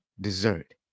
dessert